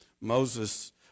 Moses